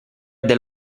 del